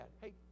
hey